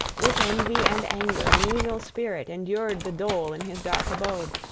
with envy and anger an evil spirit endured the dole in his dark abode,